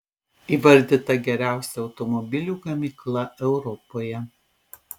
įvardyta geriausia automobilių gamykla europoje